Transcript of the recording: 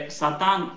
satan